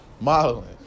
Modeling